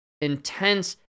intense